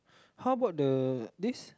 how about the this